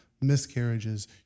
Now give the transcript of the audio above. miscarriages